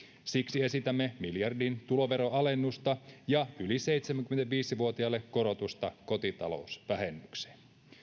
siksi esitämme miljardin tuloveroalennusta ja yli seitsemänkymmentäviisi vuotiaille korotusta kotitalousvähennykseen